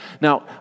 Now